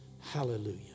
Hallelujah